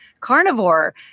carnivore